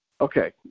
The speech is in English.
Okay